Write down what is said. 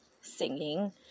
singing